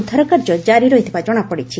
ଉଦ୍ଧାର କାର୍ଯ୍ୟ ଜାରି ରହିଥିବା ଜଣାପଡ଼ିଛି